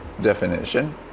definition